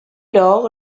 lors